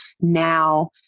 now